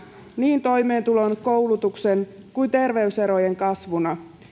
niin toimeentulon koulutuksen kuin terveyserojen kasvuna